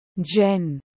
jen